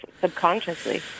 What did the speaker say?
subconsciously